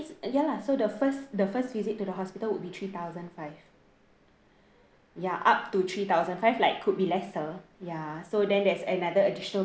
ya lah so the first the first visit to the hospital would be three thousand five ya up to three thousand five like could be lesser ya so then there's another additional